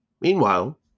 Meanwhile